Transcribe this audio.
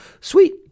sweet